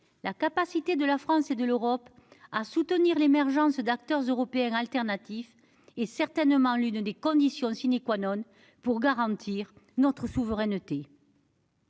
La capacité de la France et de l'Union européenne à soutenir l'émergence d'acteurs européens alternatifs est certainement l'une des conditions pour garantir notre souveraineté.